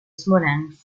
smolensk